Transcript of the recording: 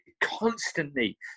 constantly